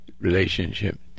relationship